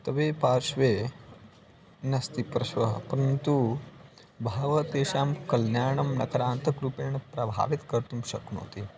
तव पार्श्वे नास्ति परश्वः परन्तु बहवः तेषां कल्याणं नकरान्तकरूपेण प्रभावितं कर्तुं शक्नोति